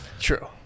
True